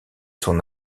son